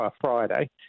Friday